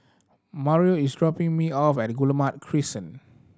Mario is dropping me off at Guillemard Crescent